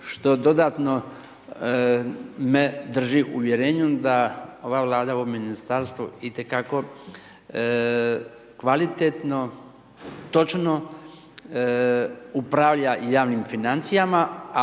što dodatno me drži u uvjerenju da ova Vlada, ovo ministarstvo i te kako kvalitetno, točno upravlja javnim financijama